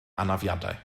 anafiadau